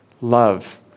love